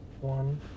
one